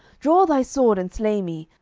draw thy sword, and slay me,